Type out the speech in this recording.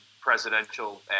presidential